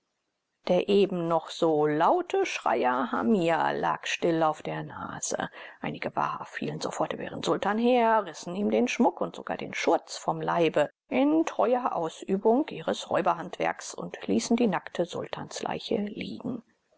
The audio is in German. der eben noch so laute schreier hamia lag still auf der nase einige waha fielen sofort über ihren sultan her rissen ihm den schmuck und sogar den schurz vom leibe in treuer ausübung ihres räuberhandwerks und ließen die nackte sultansleiche liegen